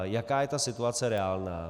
Jaká je ta situace reálná?